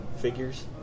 figures